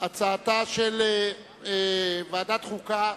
הצעתה של ועדת החוקה